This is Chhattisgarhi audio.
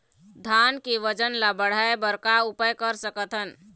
धान के वजन ला बढ़ाएं बर का उपाय कर सकथन?